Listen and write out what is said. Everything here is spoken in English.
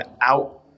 out